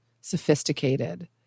sophisticated